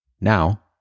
Now